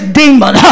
demon